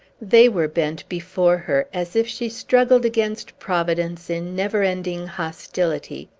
they were bent before her, as if she struggled against providence in never-ending hostility.